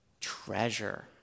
Treasure